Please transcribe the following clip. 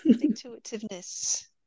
Intuitiveness